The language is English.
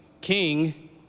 King